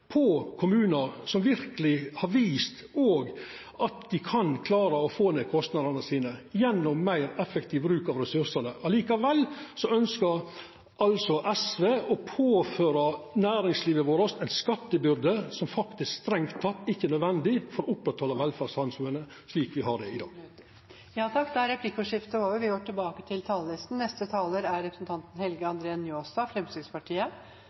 kommunar som verkeleg òg har vist at dei kan klara å få ned kostnadane gjennom meir effektiv bruk av ressursane. Likevel ønskjer altså SV å påføra næringslivet vårt ei skattebyrde som faktisk strengt teke ikkje er nødvendig for å oppretthalde velferdssamfunnet slik me har det i dag. Replikkordskiftet er omme. Eg vil starta med å takka komitésekretæren og